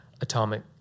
atomic